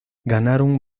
ganaron